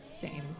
James